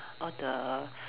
all the